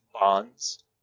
bonds